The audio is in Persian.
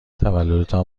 تولدتان